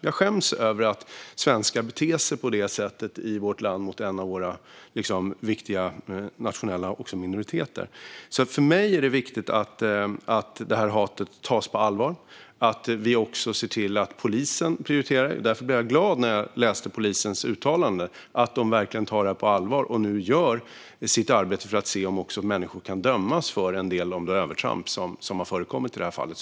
Jag skäms över att svenskar beter sig på detta sätt i vårt land mot en av våra viktiga nationella minoriteter. För mig är det viktigt att detta hat tas på allvar och att vi också ser till att polisen prioriterar det. Därför blev jag glad när jag läste polisens uttalande om att de verkligen tar detta på allvar och nu gör sitt arbete för att se om människor också kan dömas för en del av de övertramp som har förekommit i detta fall.